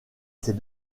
ses